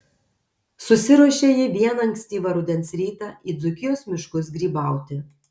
susiruošė ji vieną ankstyvą rudens rytą į dzūkijos miškus grybauti